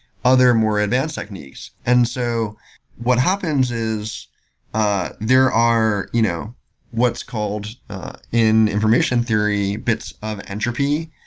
other more advanced techniques. and so what happens is ah there are you know what's called in information theory bits of entropy,